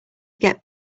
get